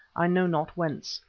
i know not whence.